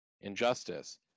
Injustice